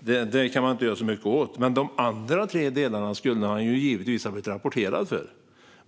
går det inte att göra så mycket åt, men de andra tre delarna skulle han givetvis ha blivit rapporterad för.